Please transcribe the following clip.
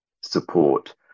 support